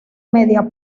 media